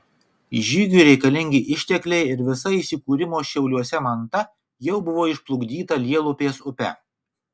žygiui reikalingi ištekliai ir visa įsikūrimo šiauliuose manta jau buvo išplukdyta lielupės upe